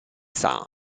san